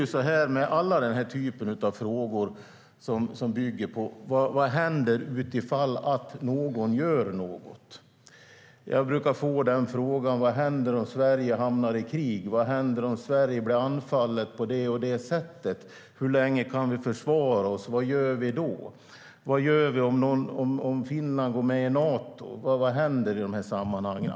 Jag brukar få frågor som bygger på vad som händer utifall att någon gör något. Vad händer om Sverige hamnar i krig? Vad händer om Sverige blir anfallet på det ena eller andra sättet? Hur länge kan vi försvara oss? Vad gör vi då? Vad gör vi om Finland går med i Nato? Vad händer i de här sammanhangen?